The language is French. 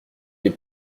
les